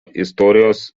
istorijos